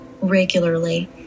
regularly